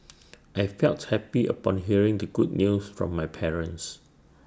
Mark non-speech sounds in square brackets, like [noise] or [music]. [noise] I felt happy upon hearing the good news from my parents